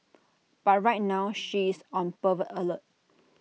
but right now she is on pervert alert